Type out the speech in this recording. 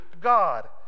God